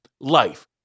life